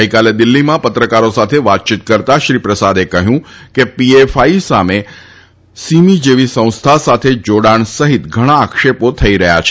ગઈકાલે દિલ્ઠીમાં પત્રકારો સાથે વાતચીત કરતા શ્રી પ્રસાદે કહ્યું કે પીએફઆઈ સામે સીમી જેવી સંસ્થા સાથેના જોડાણ સહિત ઘણાં આક્ષેપો થઈ રહ્યા છે